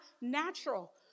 natural